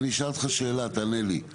אבל, אני אשאל אותך שאלה, תענה לי.